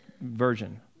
version